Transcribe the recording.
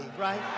right